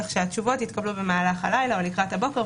כך שהתשובות יתקבלו במהלך הלילה או לקראת הבוקר.